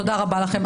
תודה רבה לכם.